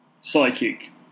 psychic